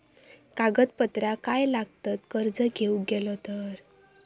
कागदपत्रा काय लागतत कर्ज घेऊक गेलो तर?